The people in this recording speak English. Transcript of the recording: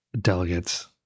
delegates